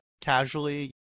casually